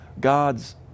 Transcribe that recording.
God's